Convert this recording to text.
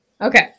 Okay